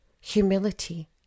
humility